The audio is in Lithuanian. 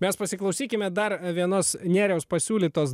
mes pasiklausykime dar vienos nėriaus pasiūlytos